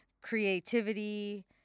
creativity